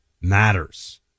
matters